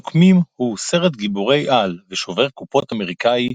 הנוקמים הוא סרט גיבורי-על ושובר קופות אמריקאי